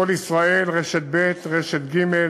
"קול ישראל", רשת ב', רשת ג',